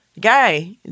Guy